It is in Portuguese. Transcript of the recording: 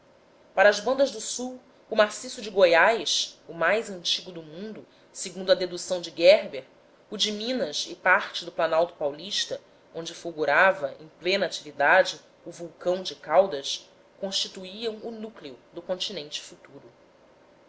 para as bandas do sul o maciço de goiás o mais antigo do mundo segundo a bela dedução de gerber o de minas e parte do planalto paulista onde fulgurava em plena atividade o vulcão de caldas constituíam o núcleo do continente futuro